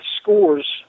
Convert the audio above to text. scores